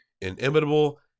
inimitable